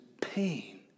pain